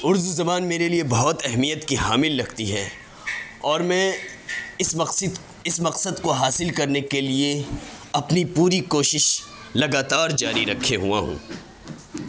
اردو زبان میرے لیے بہت اہمیت کی حامل لگتی ہے اور میں اس مقصد اس مقصد کو حاصل کرنے کے لیے اپنی پوری کوشش لگا تار جاری رکھے ہوا ہوں